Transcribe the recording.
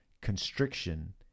constriction